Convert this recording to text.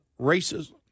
racism